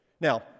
Now